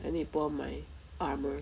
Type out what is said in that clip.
I need to put on my armour